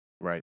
Right